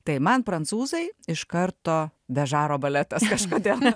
tai man prancūzai iš karto bežaro baletas kažkodėl